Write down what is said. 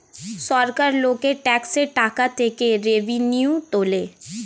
সরকার লোকের ট্যাক্সের টাকা থেকে রেভিনিউ তোলে